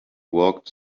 walked